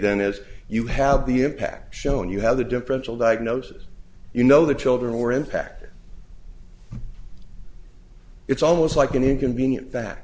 then as you have the impact shown you have the differential diagnosis you know the children who are impacted it's almost like an inconvenien